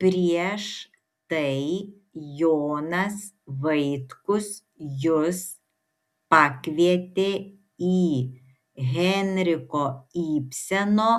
prieš tai jonas vaitkus jus pakvietė į henriko ibseno